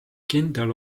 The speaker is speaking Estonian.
kindel